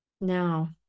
Now